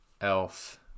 elf